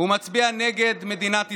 מצביע נגד מדינת ישראל.